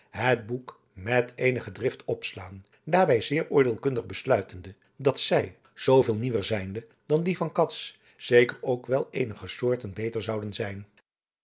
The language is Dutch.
het boek met eenige drift opslaan daarbij zeer cordeelkundig besluitende dat zij zooveel nieuwer zijnde dan die van cats zeker ook wel eenige soorten beter zouden zijn